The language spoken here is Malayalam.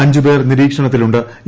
അഞ്ച് പേർ നിരീക്ഷണത്തിലു ്